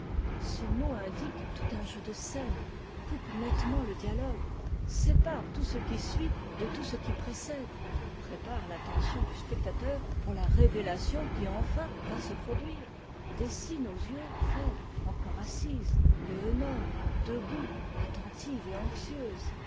ce mot indique tout un jeu de scène coupe nettement le dialogue sépare tout ce qui suit de tout ce qui précède prépare l'attention du spectateur pour la révélation qui enfin va se produire dessine aux yeux phèdre encore assise et œnone debout attentive et anxieuse